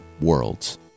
worlds